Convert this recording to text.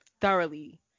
thoroughly